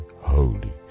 holy